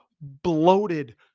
bloated